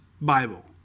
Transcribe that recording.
Bible